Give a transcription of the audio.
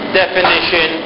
definition